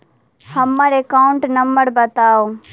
हम्मर account number बताऊ?